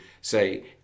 say